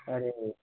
ارے بھائی